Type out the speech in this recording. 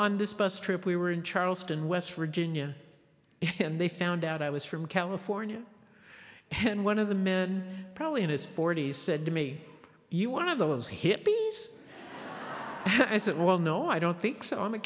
on this bus trip we were in charleston west virginia and they found out i was from california and one of the men probably in his forty's said to me you want of those hippies i said well no i don't think so i'm a